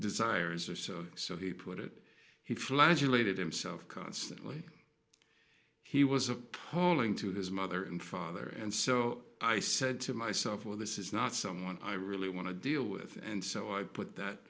desires or so so he put it he flagellated himself constantly he was appalling to his mother and father and so i said to myself well this is not someone i really want to deal with and so i put that